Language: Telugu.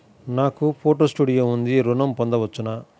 నాకు ఫోటో స్టూడియో ఉంది ఋణం పొంద వచ్చునా?